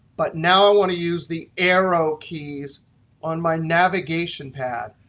but now i want to use the arrow keys on my navigation pad.